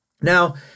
Now